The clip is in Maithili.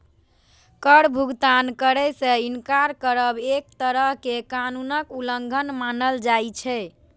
कर भुगतान करै सं इनकार करब एक तरहें कर कानूनक उल्लंघन मानल जाइ छै